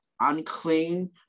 unclean